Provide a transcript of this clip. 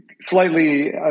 Slightly